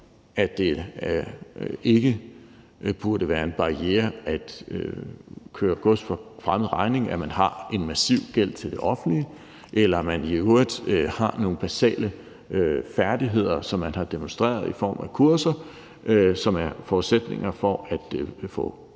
at det ikke burde være en barriere at køre gods for fremmed regning, at man har en massiv gæld til det offentlige, eller om man i øvrigt har nogle basale færdigheder, som man har demonstreret i form af kurser, og som er en forudsætning for at få tilladelse